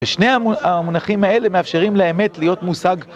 ושני המונחים האלה מאפשרים לאמת להיות מושג